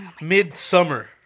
Midsummer